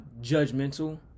judgmental